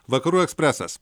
vakarų ekspresas